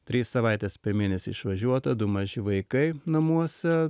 tris savaites per mėnesį išvažiuota du maži vaikai namuose